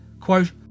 Quote